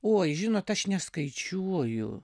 oi žinot aš ne skaičiuoju